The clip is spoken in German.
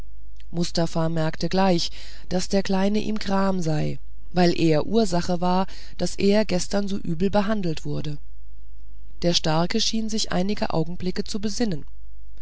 mustafa merkte gleich daß der kleine ihm gram sei weil er ursache war daß er gestern so übel behandelt wurde der starke schien sich einige augenblicke zu besinnen